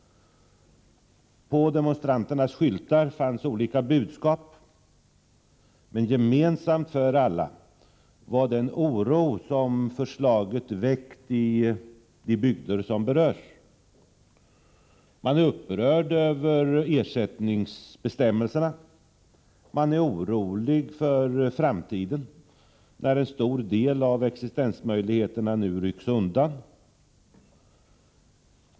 På demonstranternas skyltar fanns olika budskap — men gemensamt för alla var den oro som förslaget väckt i de bygder som berörs. Man är upprörd över ersättningsbestämmelserna och man är orolig för framtiden, när en stor del av existensmöjligheterna nu rycks undan.